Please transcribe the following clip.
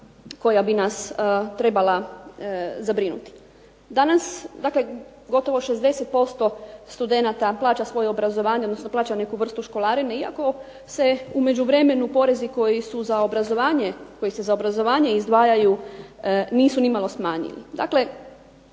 koja bi nas trebala zabrinuti. Danas, dakle gotovo 60% studenata plaća svoje obrazovanje, odnosno plaća neku vrstu školarine iako se u međuvremenu porezi koji su za obrazovanje, koji se za obrazovanje izdvajaju nisu nimalo smanjili. Dakle,